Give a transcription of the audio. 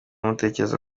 mutekereza